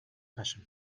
passion